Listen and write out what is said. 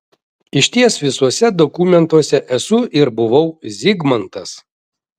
išties visuose dokumentuose esu ir buvau zigmantas